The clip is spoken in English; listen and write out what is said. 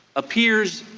appears